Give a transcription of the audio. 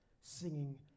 singing